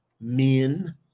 Men